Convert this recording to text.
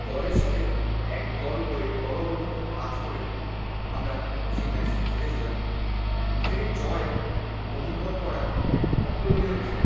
দলের সাথে একদল হয়ে দলবদ্ধভাবে কাজ করে আমরা সেই ম্যাচটি জিতেছিলাম সেটির জয় অনুভব করা এক অতুলনীয় বিষয়